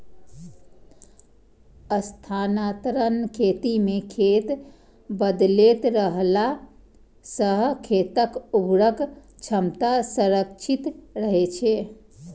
स्थानांतरण खेती मे खेत बदलैत रहला सं खेतक उर्वरक क्षमता संरक्षित रहै छै